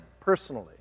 personally